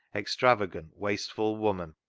extrava gant, wasteful woman,